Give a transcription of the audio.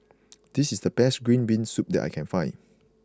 this is the best Green Bean Soup that I can find